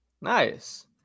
Nice